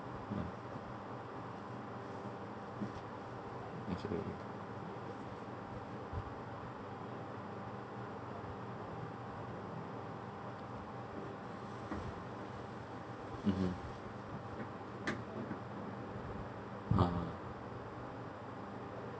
mmhmm ah